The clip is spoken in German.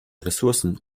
ressourcen